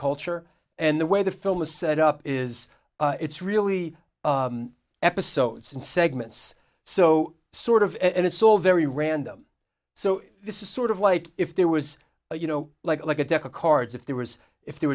culture and the way the film is set up is it's really episodes and segments so sort of it's all very random so this is sort of like if there was you know like like a deck of cards if there was if there